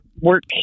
work